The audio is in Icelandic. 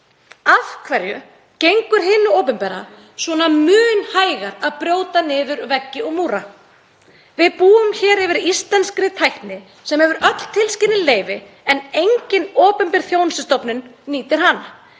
Af hverju gengur hinu opinbera svona mun hægar að brjóta niður veggi og múra? Við búum hér yfir íslenskri tækni sem hefur öll tilskilin leyfi en engin opinber þjónustustofnun nýtir hana.